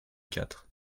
quatre